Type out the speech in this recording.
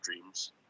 dreams